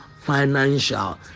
financial